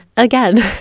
Again